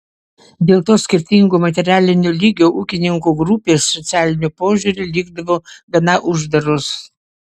dėl to skirtingo materialinio lygio ūkininkų grupės socialiniu požiūriu likdavo gana uždaros